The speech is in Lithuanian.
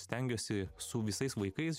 stengiuosi su visais vaikais